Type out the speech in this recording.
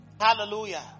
hallelujah